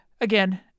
Again